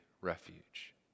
refuge